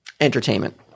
entertainment